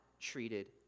treated